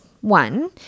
One